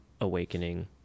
awakening